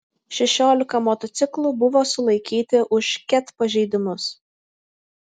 šešiolika motociklų buvo sulaikyti už ket pažeidimus